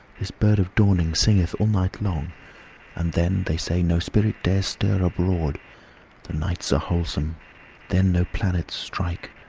this bird of dawning singeth all night long and then, they say, no spirit dares stir abroad the nights are wholesome then no planets strike,